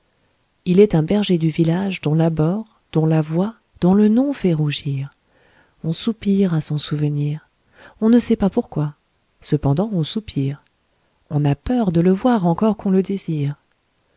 il est un berger du village dont l'abord dont la voix dont le nom fait rougir on soupire à son souvenir on ne sait pas pourquoi cependant on soupire on a peur de le voir encor qu'on le désire